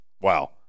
wow